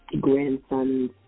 grandson's